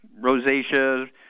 rosacea